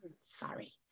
sorry